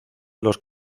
los